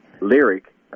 lyric